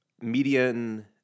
Median